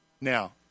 Now